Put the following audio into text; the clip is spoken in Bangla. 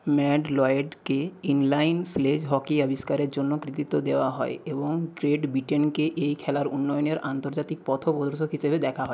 ম্যাট লয়েডকে ইনলাইন স্লেজ হকি আবিষ্কারের জন্য কৃতিত্ব দেওয়া হয় এবং গ্রেট ব্রিটেনকে এই খেলার উন্নয়নের আন্তর্জাতিক পথপ্রদর্শক হিসেবে দেখা হয়